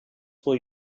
for